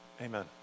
amen